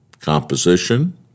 composition